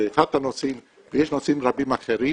זה אחד הנושאים ויש נושאים רבים אחרים,